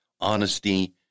honesty